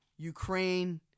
Ukraine